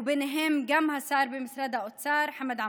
ובהם גם לשר במשרד האוצר חמד עמאר.